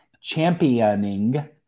championing